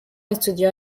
estudió